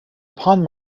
upon